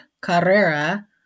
carrera